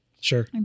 sure